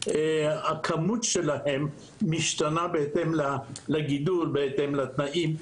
והכמות שלהם משתנה בהתאם לגידול, בהתאם לתנאים.